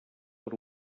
per